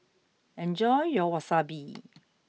enjoy your Wasabi